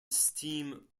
steam